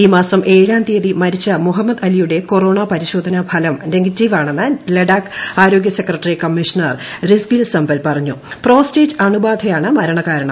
ഈ മാസം ഏഴാം തീയതി മരിച്ച മുഹമ്മദ് അലിയുടെ കൊറോണ പരിശോധനാ ഫലം നെഗറ്റീവാണെന്ന് ലഡാീക്ക് ആരോഗ്യസെക്രട്ടറി കമ്മീഷണർ റിഗ്സിൽ സംപെൽ പറഞ്ഞും പ്രോ്സ്റ്റേറ്റ് അണുബാധയാണ് മരണകാരണം